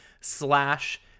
slash